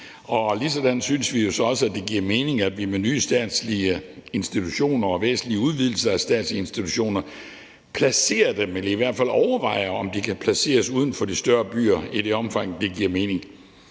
på samme måde synes vi jo, det giver mening, at vi i forbindelse med nye statslige institutioner og væsentlige udvidelser af statslige institutioner placerer dem uden for de større byer eller i hvert fald overvejer, om de kan placeres uden for de større byer i det omfang, det giver mening.